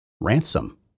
ransom